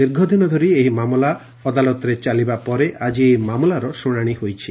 ଦୀର୍ଘଦିନ ଧରି ଏହି ମାମଲା କୋର୍ଟରେ ଚାଲିବା ପରେ ଆକି ଏହି ମାମଲାର ଶୁଣାଣି ହୋଇଛି